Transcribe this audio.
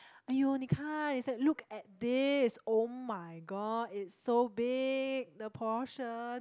!aiyo! 你看 is like look at this [oh]-my-god it's so big the portion